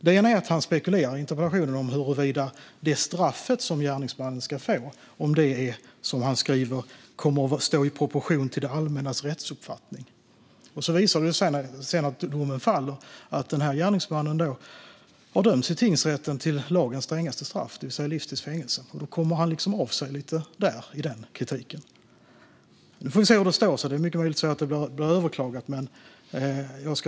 Den ena är att han i interpellationen spekulerar om huruvida det straff som gärningsmannen ska få kommer att stå i proportion till det allmännas rättsuppfattning, som han skriver. När domen faller visar det sig att denna gärningsman har dömts i tingsrätten till lagens strängaste straff, det vill säga livstids fängelse. Då kommer Tobias Andersson av sig lite grann i den kritiken. Vi får se om domen kommer att stå fast. Det är mycket möjligt att den blir överklagad.